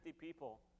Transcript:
people